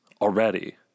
already